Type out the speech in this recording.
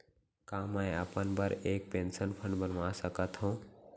का मैं अपन बर एक पेंशन फण्ड बनवा सकत हो?